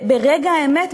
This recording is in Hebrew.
ברגע האמת,